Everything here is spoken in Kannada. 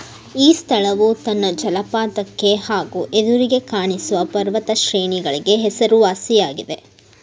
ಈ ಸ್ಥಳವು ತನ್ನ ಜಲಪಾತಕ್ಕೆ ಹಾಗೂ ಎದುರಿಗೆ ಕಾಣಿಸುವ ಪರ್ವತ ಶ್ರೇಣಿಗಳಿಗೆ ಹೆಸರುವಾಸಿಯಾಗಿದೆ